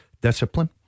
discipline